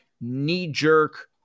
knee-jerk